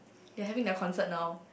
they're having their concert now